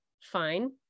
fine